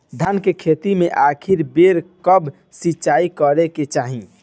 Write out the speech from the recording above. धान के खेती मे आखिरी बेर कब सिचाई करे के चाही?